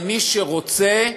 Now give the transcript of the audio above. למי שרוצה,